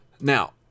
Now